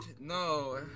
No